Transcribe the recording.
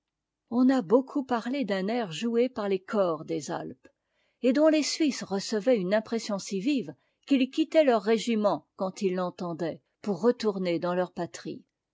on a beaucoup parlé d'un air joué par les cors des alpes et dont les suisses recevaient une impression si vive qu'ils quittaient leurs régiments quand ils l'entendaient pour retourner dans leur patrie